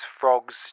frogs